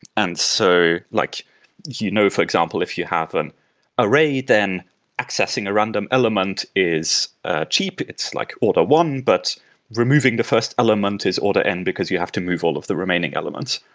and so like you know, for example, if you have an array, then accessing a random element is cheap. it's like auto one, but removing the first element is auto n because you have to move all of the remaining elements.